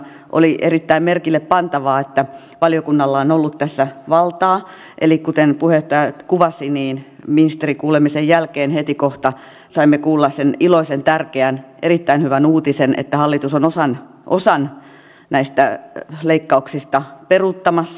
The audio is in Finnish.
oli erittäin merkillepantavaa että valiokunnalla on ollut tässä valtaa eli kuten puheenjohtaja kuvasi ministerikuulemisen jälkeen heti kohta saimme kuulla sen iloisen tärkeän erittäin hyvän uutisen että hallitus on osan näistä leikkauksista peruuttamassa